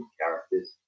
characters